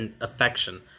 affection